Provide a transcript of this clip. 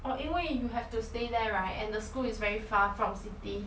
orh 因为 you have to stay there right and the school is very far from city